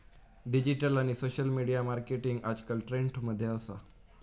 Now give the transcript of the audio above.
digital आणि social media marketing आजकल trend मध्ये असा